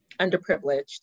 underprivileged